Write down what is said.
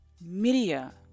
media